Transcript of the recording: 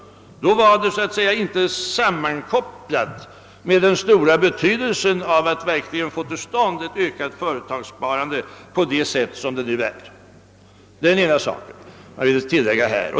Då var frågorna inte sammankopplade med den stora betydelsen av att verkligen få till stånd ett ökat företagssparande på det sätt som de nu är. — Detta var den ena saken som jag ville tillägga här.